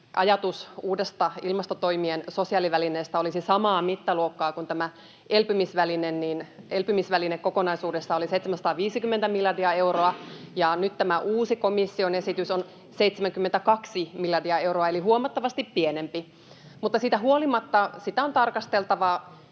ajatus uudesta ilmastotoimien sosiaalivälineestä olisi samaa mittaluokkaa kuin tämä elpymisväline, niin elpymisväline kokonaisuudessaan oli 750 miljardia euroa ja nyt tämä uusi komission esitys on 72 miljardia euroa eli huomattavasti pienempi. Siitä huolimatta sitä on tarkasteltava